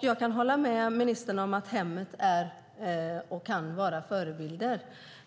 Jag håller med ministern om att hemmet kan vara en förebild.